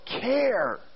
care